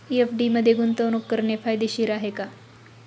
FD मध्ये गुंतवणूक करणे फायदेशीर आहे का?